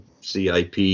CIP